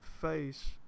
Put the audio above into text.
face